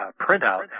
printout